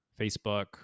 facebook